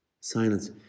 Silence